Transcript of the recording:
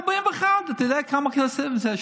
141. אתה יודע כמה כסף זה?